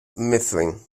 mifflin